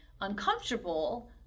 uncomfortable